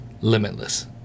limitless